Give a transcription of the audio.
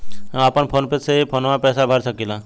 हम अपना फोनवा से ही पेसवा भर सकी ला?